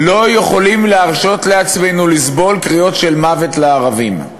לא יכולים להרשות לעצמנו לסבול קריאות של "מוות לערבים",